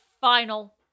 final